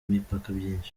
byinshi